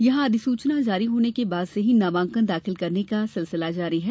यहां अधिसूचना जारी होने के बाद से ही नामांकन दाखिल करने का सिलसिला जारी है